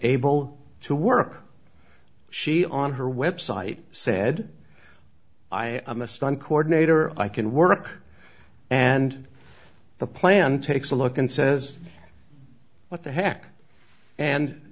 able to work she on her website said i am a stunt coordinator i can work and the plan takes a look and says what the heck and